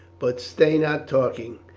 but stay not talking.